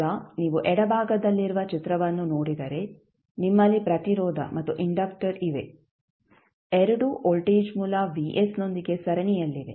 ಈಗ ನೀವು ಎಡಭಾಗದಲ್ಲಿರುವ ಚಿತ್ರವನ್ನು ನೋಡಿದರೆ ನಿಮ್ಮಲ್ಲಿ ಪ್ರತಿರೋಧ ಮತ್ತು ಇಂಡಕ್ಟರ್ ಇವೆ ಎರಡೂ ವೋಲ್ಟೇಜ್ ಮೂಲ ನೊಂದಿಗೆ ಸರಣಿಯಲ್ಲಿವೆ